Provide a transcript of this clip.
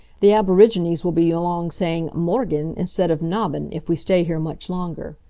the aborigines will be along saying morgen! instead of nabben'! if we stay here much longer.